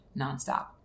nonstop